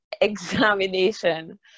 examination